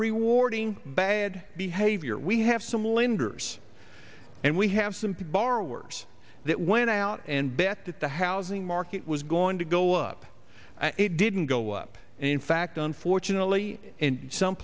rewarding bad behavior we have some lenders and we have borrowers that went out and bet that the housing market was going to go up and it didn't go up and in fact unfortunately in some